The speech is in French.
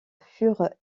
furent